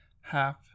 half